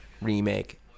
remake